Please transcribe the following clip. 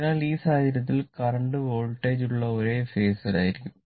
അതിനാൽ ഈ സാഹചര്യത്തിൽ കറന്റ് വോൾട്ടേജുള്ള ഒരേ ഫേസ് ൽ ആയിരിക്കും